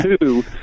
Two